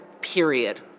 period